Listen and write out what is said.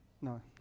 no